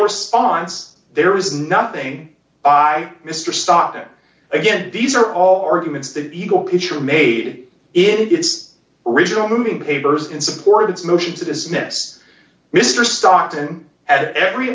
response there is nothing by mr stop it again these are all arguments that eagle picture made its original moving papers in support of its motion to dismiss mr stockton at every